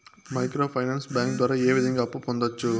micro finance bank ద్వారా ఏ విధంగా అప్పు పొందొచ్చు